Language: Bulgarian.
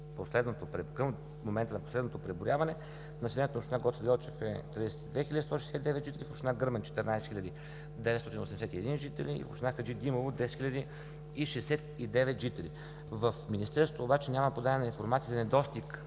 в момента на последното преброяване, населението на община Гоце Делчев е 32 169 жители, в община Гърмен – 14 981 жители, община Хаджидимово – 10 069 жители. В Министерството обаче няма подадена информация за недостиг